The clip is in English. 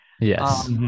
Yes